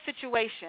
situation